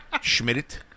Schmidt